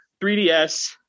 3DS